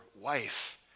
wife